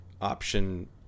option